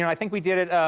and i think we did it